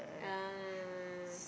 ah